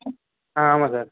ஆ ஆமாம் சார்